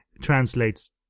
translates